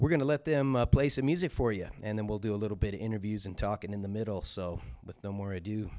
we're going to let them play some music for you and then we'll do a little bit interviews and talk in the middle so with no more